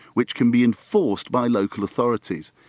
which can be enforced by local authorities.